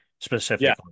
specifically